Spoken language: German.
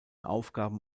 aufgaben